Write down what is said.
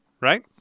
right